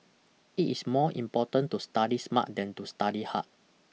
it is more important to study smart than to study hard